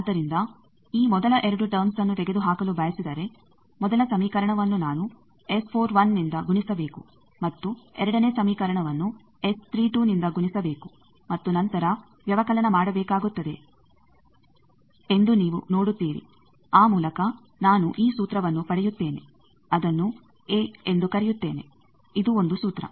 ಆದ್ದರಿಂದ ಈ ಮೊದಲ ಎರಡು ಟರ್ಮ್ಸ್ಅನ್ನು ತೆಗೆದುಹಾಕಲು ಬಯಸಿದರೆ ಮೊದಲ ಸಮೀಕರಣವನ್ನು ನಾನು ನಿಂದ ಗುಣಿಸಬೇಕು ಮತ್ತು ಎರಡನೇ ಸಮೀಕರಣವನ್ನು ನಿಂದ ಗುಣಿಸಬೇಕು ಮತ್ತು ನಂತರ ವ್ಯವಕಲನ ಮಾಡಬೇಕಾಗುತ್ತದೆ ಎಂದು ನೀವು ನೋಡುತ್ತೀರಿ ಆ ಮೂಲಕ ನಾನು ಈ ಸೂತ್ರವನ್ನು ಪಡೆಯುತ್ತೇನೆ ಅದನ್ನು ಎ ಎಂದು ಕರೆಯುತ್ತೇನೆ ಇದು ಒಂದು ಸೂತ್ರ